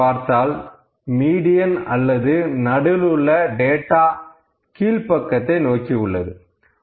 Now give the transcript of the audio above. இங்கு பார்த்தால் மீடியன் அல்லது நடுவில் உள்ள டேட்டா கீழ்பக்கத்தை நோக்கி உள்ளது